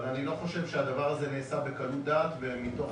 אבל אני לא חושב שהדבר הזה נעשה בקלות דעת ומתוך הסחת דעת.